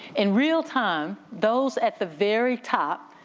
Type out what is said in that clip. in real time, those at the very top,